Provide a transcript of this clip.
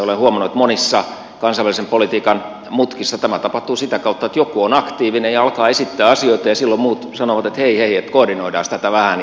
olen huomannut että monissa kansainvälisen politiikan mutkissa tämä tapahtuu sitä kautta että joku on aktiivinen ja alkaa esittää asioita ja silloin muut sanovat että hei hei koordinoidaanpas tätä vähän ja näin poispäin